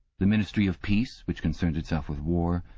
the ministry of peace, which concerned itself with war.